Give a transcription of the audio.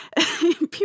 people